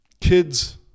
kids